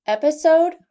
Episode